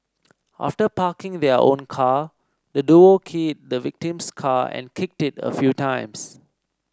after parking their own car the duo keyed the victim's car and kicked it a few times